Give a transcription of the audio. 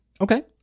Okay